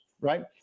right